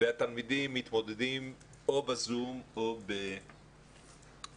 והתלמידים מתמודדים או ב-זום או בלמידה